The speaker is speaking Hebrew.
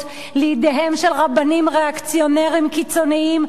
בידיהם של רבנים ריאקציונרים קיצונים,